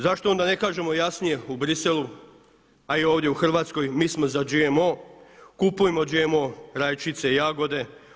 Zašto onda ne kažemo jasnije u Bruxellesu, a i ovdje u Hrvatskoj mi smo za GMO, kupujmo GMO rajčice, jagode.